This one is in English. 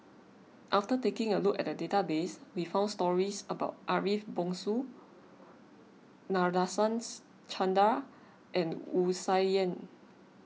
after taking a look at the database we found stories about Ariff Bongso Nadasen's Chandra and Wu Tsai Yen